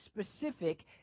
specific